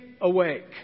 awake